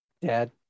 Dad